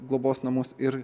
globos namus ir